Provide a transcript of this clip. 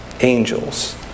Angels